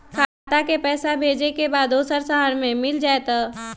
खाता के पईसा भेजेए के बा दुसर शहर में मिल जाए त?